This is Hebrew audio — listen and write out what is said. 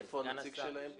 איפה הנציג שלהם פה?